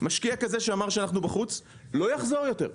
משקיע כזה שאמר "אנחנו בחוץ" לא יחזור יותר,